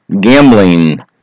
gambling